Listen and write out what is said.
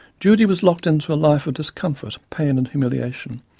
judy was locked into a life of discomfort, pain and humiliation,